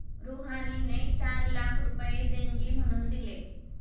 रुहानीने चार लाख रुपये देणगी म्हणून दिले